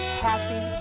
happy